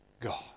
God